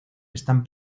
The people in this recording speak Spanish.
están